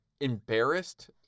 embarrassed